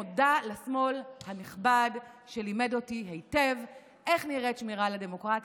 מודה לשמאל הנכבד שלימד אותי היטב איך נראית שמירה על הדמוקרטיה.